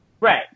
right